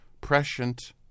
prescient